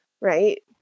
right